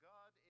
God